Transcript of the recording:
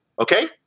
okay